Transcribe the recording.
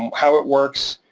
how it works,